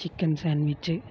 chicken sandwich